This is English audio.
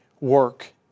work